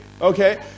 Okay